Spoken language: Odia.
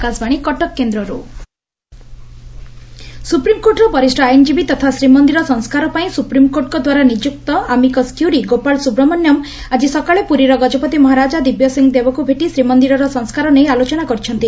ଆମିକସ୍ କୁ୍ୟରୀ ସ୍ଟୁପ୍ରିମକୋର୍ଟର ବରିଷ ଆଇନଜୀବୀ ତଥା ଶ୍ରୀମନ୍ଦିର ସଂସ୍କାର ପାଇଁ ସୁପ୍ରିମକୋର୍ଟଙ୍କ ଦ୍ୱାରା ନିଯୁକ୍ତ ଆମିକସ୍ କ୍ୟୁରୀ ଗୋପାଳ ସୁବ୍ରମଣ୍ୟମ୍ ଆକି ସକାଳେ ପୁରୀର ଗଜପତି ମହାରାଜ ଦିବ୍ୟସିଂହଦେବଙ୍କୁ ଭେଟି ଶ୍ରୀମନ୍ଦିରର ସଂସ୍କାର ନେଇ ଆଲୋଚନା କରିଛନ୍ତି